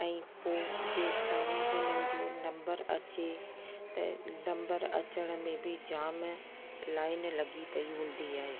ऐं पोइ जेसीं ताईं उन्हनि जो नंबर अचे त नंबर अचण में बि जाम लाइन लॻी पेई हूंदी आहे